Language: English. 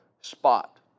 spot